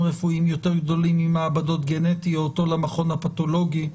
רפואיים יותר גדולים ממעבדות גנטיות או למכון הפתולוגי?